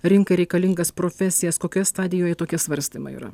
rinkai reikalingas profesijas kokioje stadijoje tokie svarstymai yra